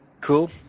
Cool